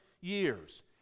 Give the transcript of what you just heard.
years